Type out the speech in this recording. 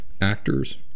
actors